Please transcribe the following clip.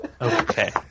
Okay